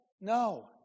No